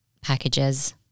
packages